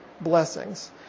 blessings